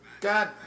God